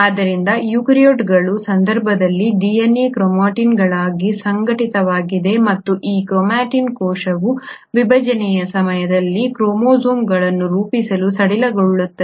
ಆದ್ದರಿಂದ ಯುಕ್ಯಾರಿಯೋಟ್ಗಳ ಸಂದರ್ಭದಲ್ಲಿ DNA ಕ್ರೊಮಾಟಿನ್ಗಳಾಗಿ ಸಂಘಟಿತವಾಗಿದೆ ಮತ್ತು ಈ ಕ್ರೊಮಾಟಿನ್ ಕೋಶ ವಿಭಜನೆಯ ಸಮಯದಲ್ಲಿ ಕ್ರೋಮೋಸೋಮ್ಗಳನ್ನು ರೂಪಿಸಲು ಸಡಿಲಗೊಳ್ಳುತ್ತದೆ